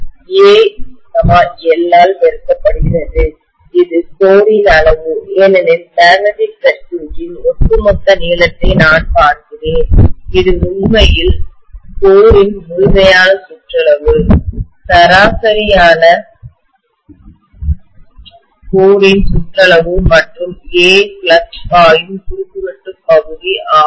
A l ஆல் பெருக்கப்படுகிறது இது மையத்தின் கோரின் அளவு ஏனெனில் மேக்னெட்டிக் சர்க்யூட்டின் ஒட்டுமொத்த நீளத்தை நான் பார்க்கிறேன் இது உண்மையில் மையத்தின் கோரின் முழுமையான சுற்றளவு சராசரியான மையத்தின் கோரின் சுற்றளவு மற்றும் A ஃப்ளக்ஸ் பாயும் குறுக்கு வெட்டு பகுதி ஆகும்